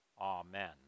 Amen